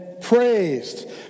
praised